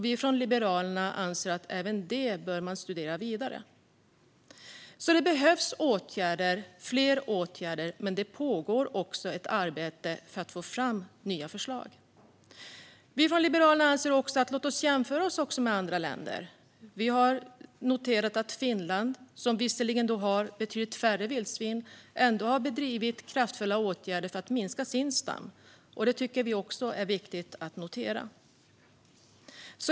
Vi från Liberalerna anser att man även bör studera det vidare. Det behövs fler åtgärder, men det pågår också ett arbete för att få fram nya förslag. Vi från Liberalerna anser att vi också ska jämföra oss med andra länder. Vi har noterat att Finland, som har betydligt färre vildsvin, har vidtagit kraftfulla åtgärder för att minska sin stam. Det tycker vi är viktigt att notera.